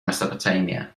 mesopotamia